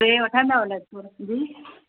टे वठंदव लेक्चर जी